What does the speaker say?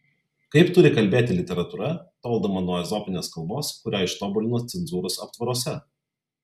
kaip turi kalbėti literatūra toldama nuo ezopinės kalbos kurią ištobulino cenzūros aptvaruose